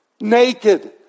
naked